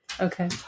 Okay